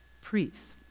priests